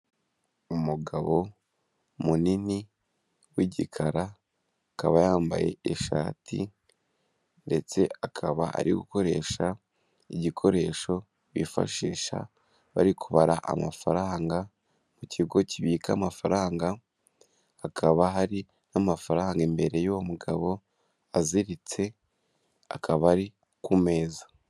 Umugabo munini w'igikara akaba yambaye ishati, ndetse akaba ari gukoresha igikoresho bifashisha bari kubara amafaranga mu kigo kibika amafaranga, hakaba hari n'amafaranga imbere y'uwo mugabo aziritse akaba ari ku meza.